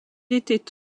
était